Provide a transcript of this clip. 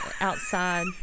outside